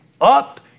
up